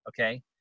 okay